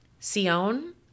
Sion